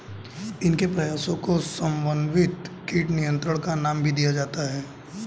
इनके प्रयासों को समन्वित कीट नियंत्रण का नाम भी दिया जाता है